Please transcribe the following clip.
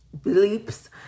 bleeps